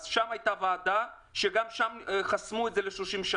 אז גם שם הייתה ועדה שחסמו את זה ל-30 שנה,